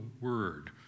word